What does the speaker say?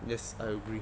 yes I agree